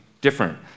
different